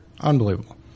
Unbelievable